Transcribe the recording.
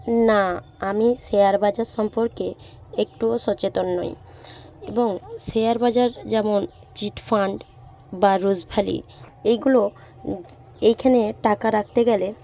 না আমি শেয়ার বাজার সম্পর্কে একটুও সচেতন নই এবং শেয়ার বাজার যেমন চিটফান্ড বা রোজভ্যালি এইগুলো এইখানে টাকা রাখতে গেলে